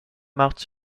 marthe